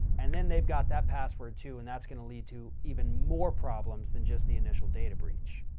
and then they've got that password too and that's going to lead to even more problems than just the initial data breach.